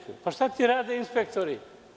Pitam ga: „Šta ti rade inspektori“